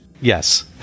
Yes